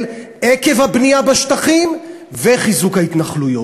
עקב הבנייה בשטחים וחיזוק ההתנחלויות,